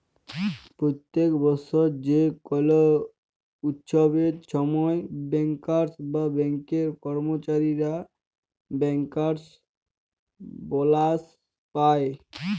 প্যত্তেক বসর যে কল উচ্ছবের সময় ব্যাংকার্স বা ব্যাংকের কম্মচারীরা ব্যাংকার্স বলাস পায়